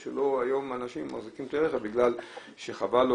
כי היום אנשים מחזיקים כלי רכב כי חבל לו